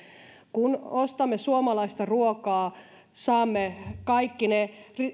kun ostamme suomalaista ruokaa saamme kaikki ne